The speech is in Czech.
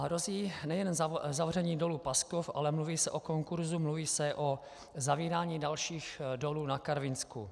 Hrozí nejen zavření dolu Paskov, ale mluví se o konkursu, mluví se o zavírání dalších dolů na Karvinsku.